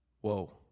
whoa